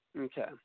Okay